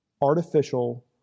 artificial